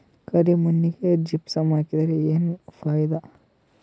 ಕರಿ ಮಣ್ಣಿಗೆ ಜಿಪ್ಸಮ್ ಹಾಕಿದರೆ ಏನ್ ಫಾಯಿದಾ?